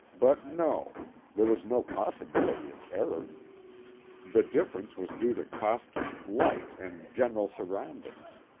but no there was no possibility of error the difference was due to costume, light and general surroundings.